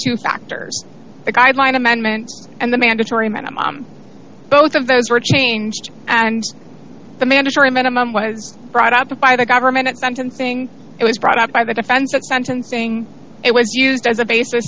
two factors the guideline amendments and the mandatory minimum both of those were changed and the mandatory minimum was brought up by the government at sentencing it was brought up by the defense at sentencing it was used as a basis